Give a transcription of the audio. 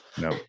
No